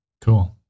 Cool